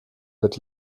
wird